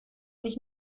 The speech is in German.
sich